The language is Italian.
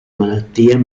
malattia